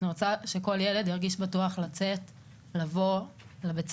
אני רוצה שכל ילד ירגיש בטוח לצאת, לבוא לבית ספר,